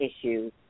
issues